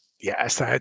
Yes